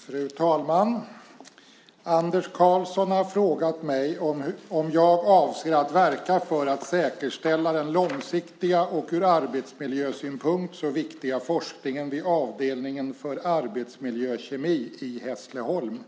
Fru talman! Anders Karlsson har frågat mig om jag avser att verka för att säkerställa den långsiktiga och ur arbetsmiljösynpunkt så viktiga forskningen vid avdelningen för arbetsmiljökemi i Hässleholm.